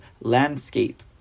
landscape